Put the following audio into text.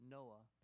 Noah